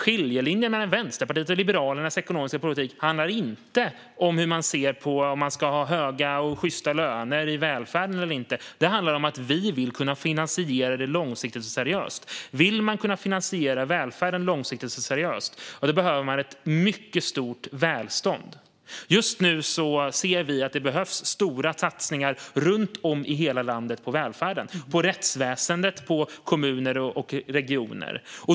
Skiljelinjen mellan Vänsterpartiets och Liberalernas ekonomiska politik handlar inte om hur man ser på om det ska vara höga och sjysta löner i välfärden eller inte, utan det handlar om att vi vill kunna finansiera det långsiktigt och seriöst. Vill man kunna finansiera välfärden långsiktigt och seriöst behöver man ett mycket stort välstånd. Just nu ser vi att det behövs stora satsningar runt om i hela landet på välfärden - på rättsväsendet och på kommuner och regioner.